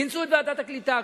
כינסו את ועדת הקליטה,